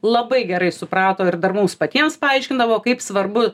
labai gerai suprato ir dar mums patiems paaiškindavo kaip svarbu